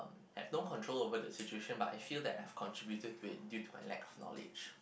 have no control over the situation but I feel that I've contributed to it due to my lack of knowledge